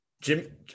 Jim